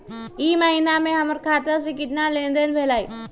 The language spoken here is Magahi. ई महीना में हमर खाता से केतना लेनदेन भेलइ?